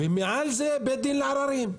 ומעל זה בית דין לעררים.